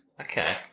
Okay